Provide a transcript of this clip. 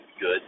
good